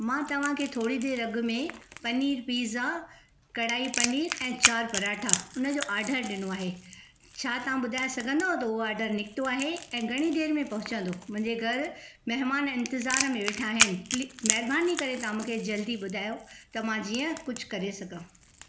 मां तव्हां खे थोड़ी देर अॻु में पनीर पिज़ा कढ़ाई पनीर ऐं चारि पराठा उन जो ऑडर ॾिनो आहे छा तव्हां ॿुधाइ सघंदव त उहो ऑडर निकतो आहे ऐं घणी देर में पहचंदो मुंहिंजे घरु मेहमान इंतज़ार में वेठा आहिनि महिरबानी करे तव्हां मूंखे जल्दी ॿुधायो त मां जीअं कुझु करे सघां